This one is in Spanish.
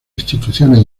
instituciones